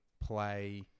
play